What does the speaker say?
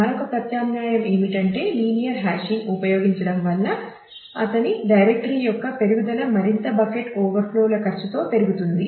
మరొక ప్రత్యామ్నాయం ఏమిటంటే లీనియర్ హాషింగ్ ఉపయోగించడం వల్ల అతని డైరెక్టరీ యొక్క పెరుగుదల మరింత బకెట్ ఓవర్ఫ్లోల ఖర్చుతో పెరుగుతుంది